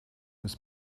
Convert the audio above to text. bis